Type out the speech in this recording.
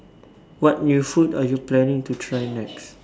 what new food are you planning to try next